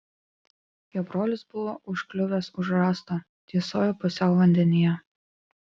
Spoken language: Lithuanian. jo brolis buvo užkliuvęs už rąsto tysojo pusiau vandenyje